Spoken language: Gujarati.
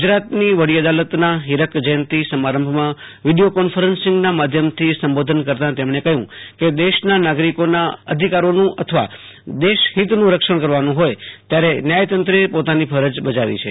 ગુજરાતની વડી અદાલતના ફીરક જયંતી સમારંભમાં વીડિયો કોન્ફરન્સિંગના માધ્યમથી સંબોધન કરતાં તેમણે કહ્યું કે દેશના નાગરિકોના અધિકારોનું અથવા દેશહિતનું રક્ષણ કરવાનું હોથ ત્યારે નાંયાયતંત્રે પોતાની ફરજ બજાવી છે